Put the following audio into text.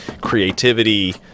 creativity